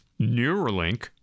Neuralink